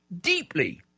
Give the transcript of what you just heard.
deeply